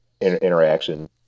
interaction